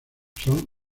son